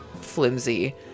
flimsy